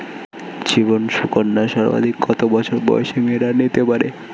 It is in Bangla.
জীবন সুকন্যা সর্বাধিক কত বছর বয়সের মেয়েরা নিতে পারে?